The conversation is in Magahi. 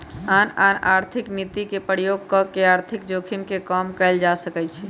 आन आन आर्थिक नीति के प्रयोग कऽ के आर्थिक जोखिम के कम कयल जा सकइ छइ